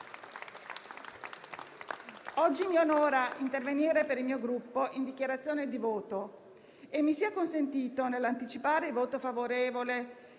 oggi intervenire per il mio Gruppo in dichiarazione di voto. Mi sia consentito, nell'anticipare il voto favorevole